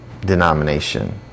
denomination